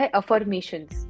affirmations